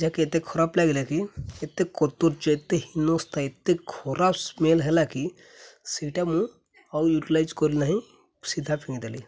ଯାହାକି ଏତେ ଖରାପ ଲାଗିଲା କି ଏତେ କଦୁର୍ଯ୍ୟ ଏତେ ହିନସ୍ତା ଏତେ ଖରାପ ସ୍ମେଲ୍ ହେଲା କି ସେଇଟା ମୁଁ ଆଉ ୟୁଟିଲାଇଜ୍ କରି ନାହିଁ ସିଧା ଫିଙ୍ଗିଦେଲି